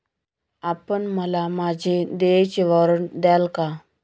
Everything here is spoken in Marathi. आपण मला माझे देयचे वॉरंट द्याल का?